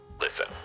Listen